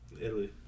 Italy